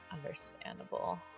Understandable